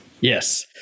Yes